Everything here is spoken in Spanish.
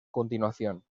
continuación